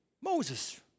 Moses